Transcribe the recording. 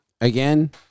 Again